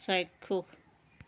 চাক্ষুষ